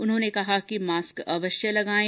उन्होंने कहा कि मास्क अवश्य लगाएं